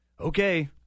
Okay